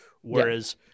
whereas